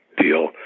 deal